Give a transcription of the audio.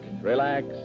relax